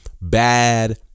Bad